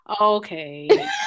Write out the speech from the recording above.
okay